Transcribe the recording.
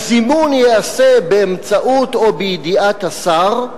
הזימון ייעשה באמצעות או בידיעת השר,